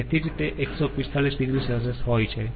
તેથી જ તે 145 oC હોય છે